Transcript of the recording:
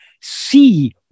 see